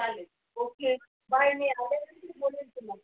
चालेल okay bye मी आले की बोलेन तुम्हाला